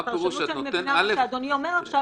לא רוצה את זה מהפרשנות שאני מבינה שאדוני אומר עכשיו.